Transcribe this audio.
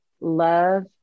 love